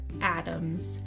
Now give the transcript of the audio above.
Adams